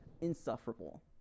insufferable